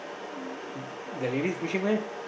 the lady is pushing where